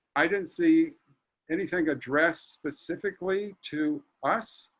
i didn't see anything address specifically to us.